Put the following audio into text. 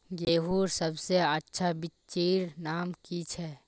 गेहूँर सबसे अच्छा बिच्चीर नाम की छे?